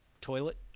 toilet